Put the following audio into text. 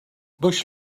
bush